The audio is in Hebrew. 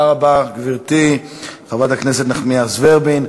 תודה רבה, גברתי חברת הכנסת נחמיאס ורבין.